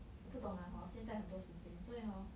我不懂 lah hor 现在很多时间所以 hor